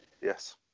Yes